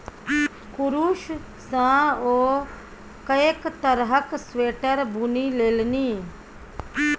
कुरूश सँ ओ कैक तरहक स्वेटर बुनि लेलनि